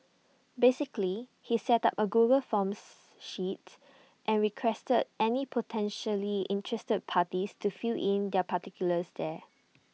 basically he set up A Google forms sheets and requested any potentially interested parties to fill in their particulars there